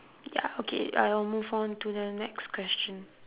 ya okay I'll move on to the next question